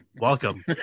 welcome